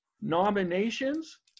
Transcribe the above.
nominations